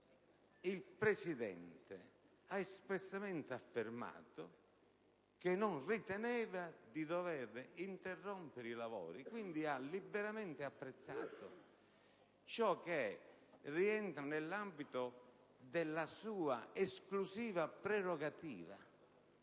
la Presidente ha espressamente affermato che non riteneva di dover interrompere i lavori. Quindi, ha liberamente apprezzato ciò che rientra nell'ambito della sua esclusiva prerogativa.